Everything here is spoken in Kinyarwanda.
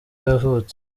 yavutse